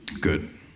Good